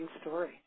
story